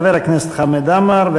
חבר הכנסת חמד עמאר,